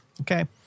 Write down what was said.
Okay